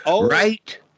Right